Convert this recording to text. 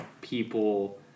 people